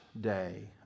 day